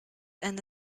and